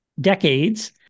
decades